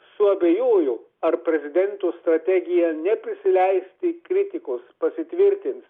suabejojo ar prezidento strategija neprisileisti kritikos pasitvirtins